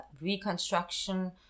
reconstruction